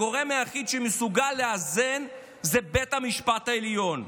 הגורם היחיד שמסוגל לאזן זה בית המשפט העליון.